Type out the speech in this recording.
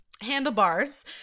handlebars